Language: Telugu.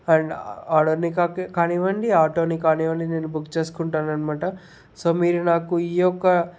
అండ్ ఆర్డర్ని కాక కానివ్వండి ఆటోని కానివ్వండి నేను బుక్ చేసుకుంటాను అనమాట సో మీరు నాకు ఈ యొక్క